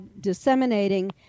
disseminating